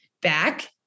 back